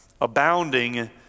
abounding